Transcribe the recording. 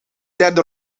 derde